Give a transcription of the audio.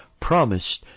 promised